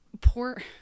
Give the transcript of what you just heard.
poor